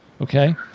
okay